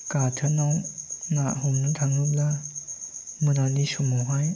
गाथोनाव ना हमनो थाङोब्ला मोनानि समावहाय